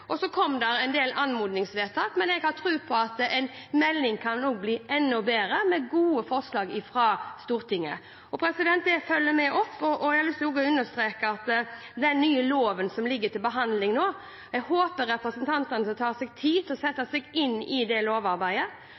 Så kom det en del anmodningsvedtak, men jeg har tro på at en melding kan bli enda bedre med gode forslag fra Stortinget, og dette følger vi opp. Når det gjelder den nye loven som nå ligger til behandling, håper jeg representantene tar seg tid til å sette seg inn i det lovarbeidet,